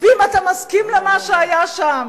ואם אתה מסכים למה שהיה שם,